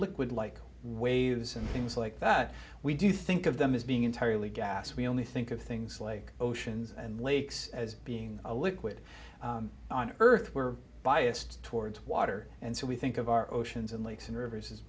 liquid like waves and things like that we do think of them as being entirely gas we only think of things like oceans and lakes as being a liquid on earth we're biased towards water and so we think of our oceans and lakes and rivers